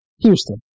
Houston